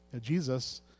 Jesus